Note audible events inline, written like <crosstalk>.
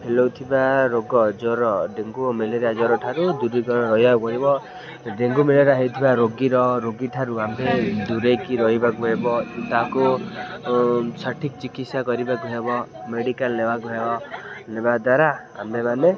ଫେଲୋଉଥିବା ରୋଗ ଜ୍ୱର ଡେଙ୍ଗୁ ଓ ମ୍ୟାଲେରିଆ ଜ୍ୱର ଠାରୁ ଦୂରୀ <unintelligible> ରହିବାକୁ ହେବ ଡେଙ୍ଗୁ ମ୍ୟାଲେରିଆ ହେଇଥିବା ରୋଗୀର ରୋଗୀଠାରୁ ଆମେ ଦୂରେଇକି ରହିବାକୁ ହେବ ତାହାକୁ ସଠିକ୍ ଚିକିତ୍ସା କରିବାକୁ ହେବ ମେଡ଼ିକାଲ୍ ନେବାକୁ ହେବ ନେବା ଦ୍ୱାରା ଆମେମାନେ